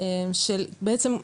של בעצם,